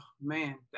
man